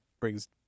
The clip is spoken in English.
brings